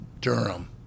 Durham